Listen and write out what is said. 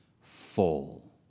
full